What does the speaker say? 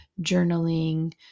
journaling